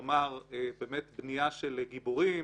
כלומר, באמת בנייה של גיבורים